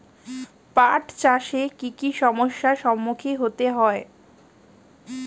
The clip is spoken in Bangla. পাঠ চাষে কী কী সমস্যার সম্মুখীন হতে হয়?